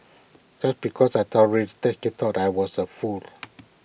just because I tolerated he thought I was A fool